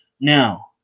Now